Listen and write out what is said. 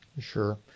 Sure